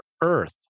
earth